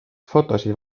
fotosid